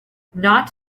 not